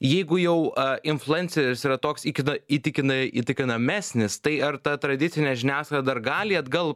jeigu jau influenceris yra toks į kitą įtikinai įtikinamesnis tai ar ta tradicinė žiniasklaida ar gali atgal